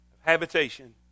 habitation